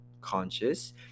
conscious